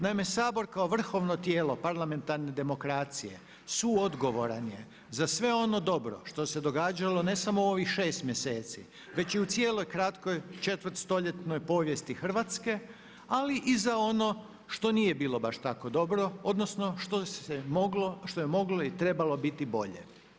Naime, Sabor kako vrhovno tijelo parlamentarne demokracije suodgovoran je za sve ono dobro što se događalo ne samo u ovih 6 mjeseci, već i u cijeloj kratkoj četvrtstoljetnoj povijesti Hrvatske, ali i za ono što nije bilo baš tako dobro odnosno što se moglo, što je moglo i trebalo biti bolje.